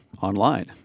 online